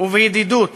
ובידידות